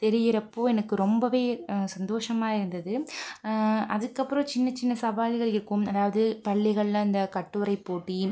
தெரிகிறப்போ எனக்கு ரொம்பவே சந்தோசமாக இருந்தது அதுக்கப்புறம் சின்ன சின்ன சவால்கள் இருக்கும் அதாவது பள்ளிகள்ல அந்த கட்டுரை போட்டி